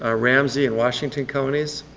ah ramsey, and washington counties.